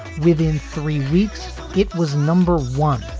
within three weeks it was number one,